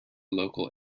local